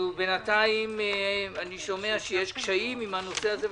בינתיים אני שומע שיש קשיים בנושא הזה.